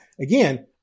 Again